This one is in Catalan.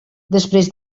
després